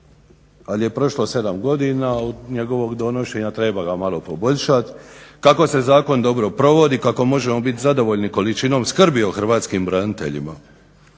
ali je prošlo 7 godina od njegova donošenja treba ga malo poboljšat. Kako se zakon dobro provodi, kako možemo biti zadovoljni količinom skrbi o hrvatskim braniteljima,